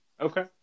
Okay